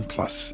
Plus